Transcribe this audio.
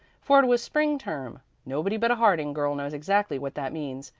for it was spring term. nobody but a harding girl knows exactly what that means.